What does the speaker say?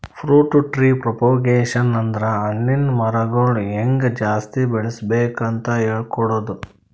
fruit tree propagation ಅಂದ್ರ ಹಣ್ಣಿನ್ ಮರಗೊಳ್ ಹೆಂಗ್ ಜಾಸ್ತಿ ಬೆಳಸ್ಬೇಕ್ ಅಂತ್ ಹೇಳ್ಕೊಡದು